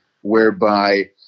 whereby